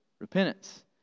Repentance